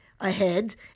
ahead